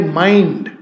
mind